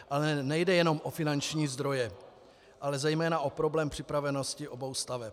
Ale nejde jenom o finanční zdroje, ale zejména o problém připravenosti obou staveb.